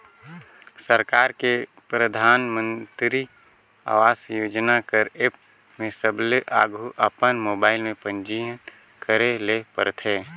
सरकार के परधानमंतरी आवास योजना कर एप में सबले आघु अपन मोबाइल में पंजीयन करे ले परथे